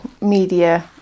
media